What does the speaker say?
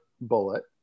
bullet